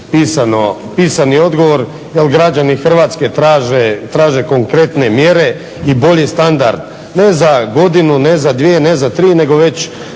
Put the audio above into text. tražiti pisani odgovor jer građani Hrvatske traže konkretne mjere i bolji standard. Ne za godinu, ne za dvije, ne za tri nego već